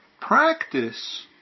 practice